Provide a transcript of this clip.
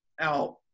out